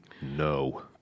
No